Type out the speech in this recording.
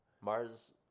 Mars